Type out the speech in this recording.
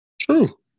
True